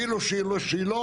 אפילו אם היא לא שלו,